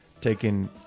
taking